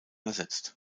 ersetzt